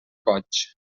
goig